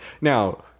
Now